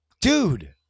Dude